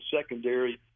secondary